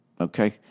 Okay